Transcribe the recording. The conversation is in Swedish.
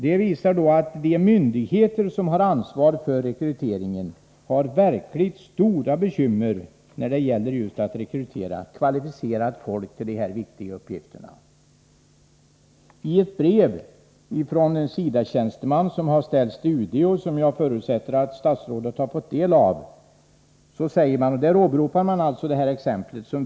Det visar att de myndigheter som har ansvaret för rekryteringen har verkligt stora svårigheter när det gäller att rekrytera kvalificerat folk för dessa viktiga uppgifter. Detta framgår bl.a. av ett brev från en SIDA-tjänsteman som har ställts till UD och som jag förutsätter att statsrådet har fått del av. Där åberopas samma exempel som jag har refererat till.